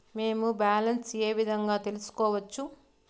మేము బ్యాలెన్స్ ఏ విధంగా తెలుసుకోవచ్చు?